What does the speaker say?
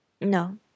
No